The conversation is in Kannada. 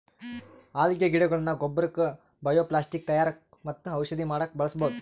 ಅಲ್ಗೆ ಗಿಡಗೊಳ್ನ ಗೊಬ್ಬರಕ್ಕ್ ಬಯೊಪ್ಲಾಸ್ಟಿಕ್ ತಯಾರಕ್ಕ್ ಮತ್ತ್ ಔಷಧಿ ಮಾಡಕ್ಕ್ ಬಳಸ್ಬಹುದ್